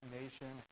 nation